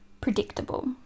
predictable